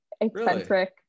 eccentric